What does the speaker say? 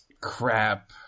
crap